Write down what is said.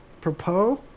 propose